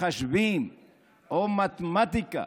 מחשבים או מתמטיקה